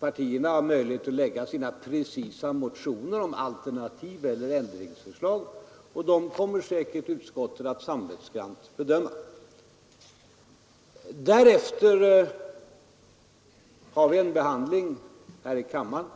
Partierna har möjlighet att lägga fram sina precisa motioner om alternativ eller ändringar — och dem kommer säkert utskottet att samvetsgrant bedöma. Därefter har vi en behandling här i kammaren,